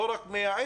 לא רק מייעץ,